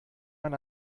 man